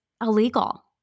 illegal